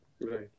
Right